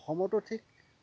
অসমতো ঠিক